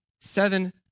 seven